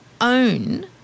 own